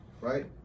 right